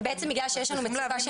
בגלל שיש לנו מצוקה של מקומות --- אנחנו